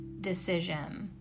decision